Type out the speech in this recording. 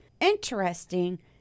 interesting